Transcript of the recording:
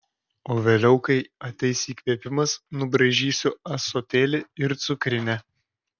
o vėliau kai ateis įkvėpimas nubraižysiu ąsotėlį ir cukrinę